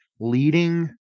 leading